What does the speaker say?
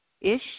ish